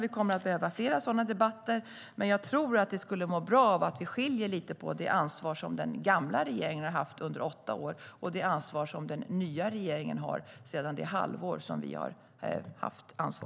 Vi kommer att behöva fler sådana debatter. Men jag tror att den skulle må bra av att vi skiljer lite på det ansvar som den gamla regeringen hade under åtta år och det ansvar som den nya regeringen har sedan ett halvår tillbaka.